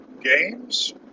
games